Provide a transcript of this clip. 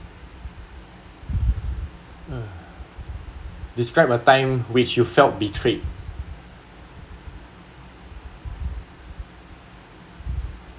um describe a time which you felt betrayed